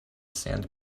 sand